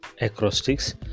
acrostics